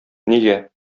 нигә